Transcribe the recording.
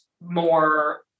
more